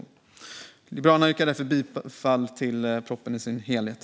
Jag yrkar för Liberalernas räkning bifall till propositionen i dess helhet.